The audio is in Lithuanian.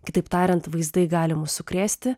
kitaip tariant vaizdai gali mus sukrėsti